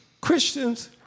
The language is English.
Christians